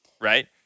right